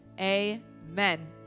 amen